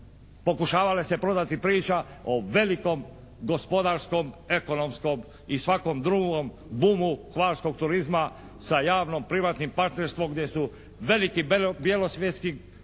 pokušavala se prodati priča o velikom gospodarskom, ekonomskom i svakom drugom bumu hvarskog turizma sa javnim privatnim partnerstvom gdje su veliki belosvjetski